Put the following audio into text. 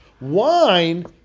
Wine